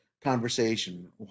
conversation